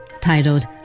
titled